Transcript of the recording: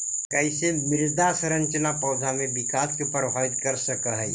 कईसे मृदा संरचना पौधा में विकास के प्रभावित कर सक हई?